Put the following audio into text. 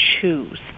choose